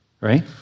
Right